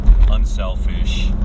unselfish